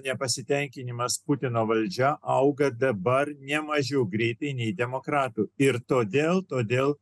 nepasitenkinimas putino valdžia auga dabar ne mažiau greitai nei demokratų ir todėl todėl